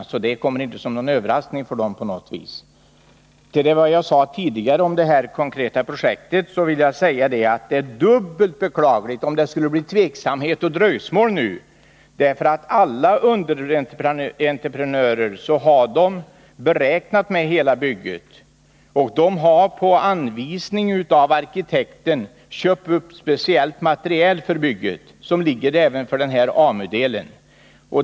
Fördyringen kommer alltså inte på något sätt som en överraskning för berörda myndigheter. Till vad jag sade tidigare om det konkreta projektet vill jag foga att det är dubbelt beklagligt om det nu skulle bli tveksamhet och dröjsmål. Alla underentreprenörer har nämligen räknat med att hela bygget skall fullföljas. De har på anvisning av arkitekten köpt upp speciellt material för bygget, även för AMU-delen.